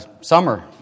summer